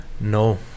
no